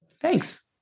Thanks